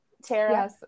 Tara